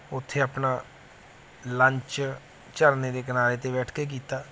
ਉੱਥੇ ਆਪਣਾ ਲੰਚ ਝਰਨੇ ਦੇ ਕਿਨਾਰੇ 'ਤੇ ਬੈਠ ਕੇ ਕੀਤਾ